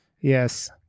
yes